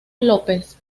lópez